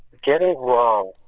getting wrong.